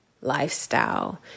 lifestyle